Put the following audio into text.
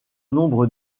nombre